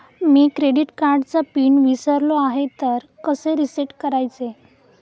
मी credit कार्डचा PIN विसरलो आहे तर कसे रीसेट करायचे?